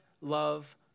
love